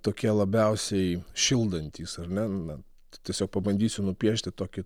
tokie labiausiai šildantys ar ne na tiesiog pabandysiu nupiešti tokį